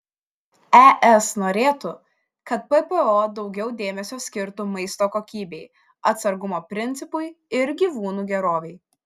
es norėtų kad ppo daugiau dėmesio skirtų maisto kokybei atsargumo principui ir gyvūnų gerovei